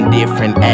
different